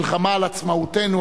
מלחמה על עצמאותנו,